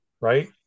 right